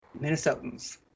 Minnesotans